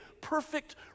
perfect